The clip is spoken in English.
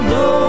no